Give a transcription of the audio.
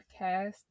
podcast